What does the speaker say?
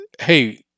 hey